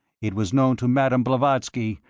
it was known to madame blavatsky,